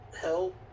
help